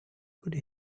could